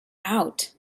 out